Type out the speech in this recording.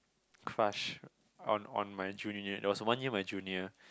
crush on on my junior it was one year my junior